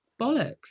Bollocks